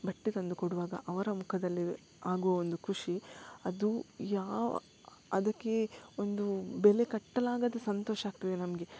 ಬಟ್ಟೆ ತಂದು ಕೊಡುವಾಗ ಅವರ ಮುಖದಲ್ಲಿ ಆಗುವ ಒಂದು ಖುಷಿ ಅದು ಯಾವ ಅದಕ್ಕೆ ಒಂದು ಬೆಲೆ ಕಟ್ಟಲಾಗದ ಸಂತೋಷ ಆಗ್ತದೆ ನಮಗೆ